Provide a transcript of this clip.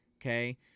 okay